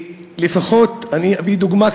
אני אביא לפחות דוגמה קטנה: